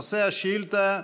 נושא השאילתה: